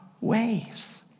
ways